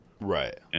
Right